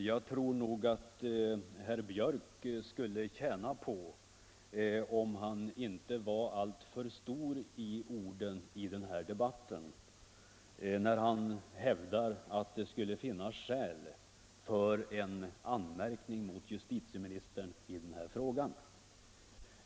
Herr talman! Jag tror att herr Björck i Nässjö skulle tjäna på att inte vara alltför stor i orden i denna debatt, när han hävdar att det finns skäl för en anmärkning mot justitieministern i den här frågan.